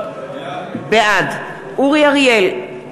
בעד אורי אריאל,